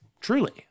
Truly